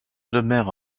demeure